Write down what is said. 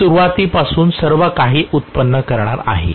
हे सुरवातीपासून सर्वकाही व्युत्पन्न करणार आहे